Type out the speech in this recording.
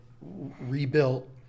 rebuilt